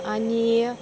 आनी